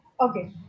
okay